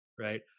right